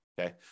okay